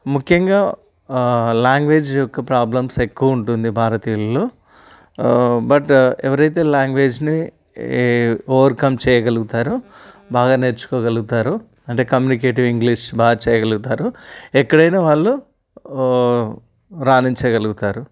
ముఖ్యంగా లాంగ్వేజ్ యొక్క ప్రాబ్లమ్స్ ఎక్కువ ఉంటుంది భారతీయుల్లో బట్ ఎవరైతే లాంగ్వేజ్ని ఏ ఓవర్కం చేయగలుగుతారో బాగా నేర్చుకోగలుగుతారో అంటే కమ్యూనికేటివ్ ఇంగ్లీష్ బాగా చేయగలుగుతారో ఎక్కడైనా వాళ్ళు రాణించగలుగుతారు